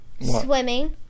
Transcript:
Swimming